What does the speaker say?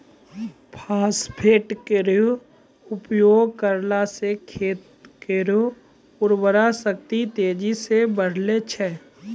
phosphate केरो उपयोग करला सें खेत केरो उर्वरा शक्ति तेजी सें बढ़ै छै